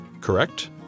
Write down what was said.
Correct